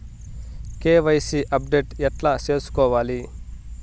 KYC update ఎట్లా సేసుకోవాలి?